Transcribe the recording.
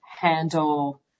handle